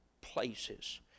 places